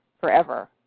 forever